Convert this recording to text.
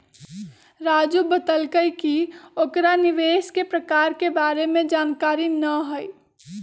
राजू बतलकई कि ओकरा निवेश के प्रकार के बारे में जानकारी न हई